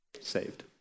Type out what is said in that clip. saved